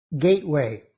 gateway